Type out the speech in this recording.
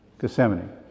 Gethsemane